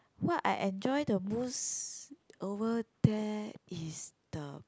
what I enjoy the most over there is the